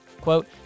Quote